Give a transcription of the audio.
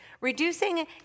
Reducing